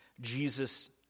Jesus